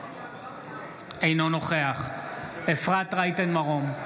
אינו נוכח אפרת רייטן מרום,